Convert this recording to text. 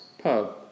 Pub